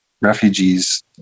refugees